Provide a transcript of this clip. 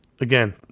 again